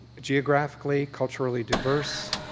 geographically, culturally diverse,